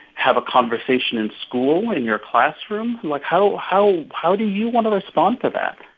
have a conversation in school in your classroom? like, how how how do you want to respond to that?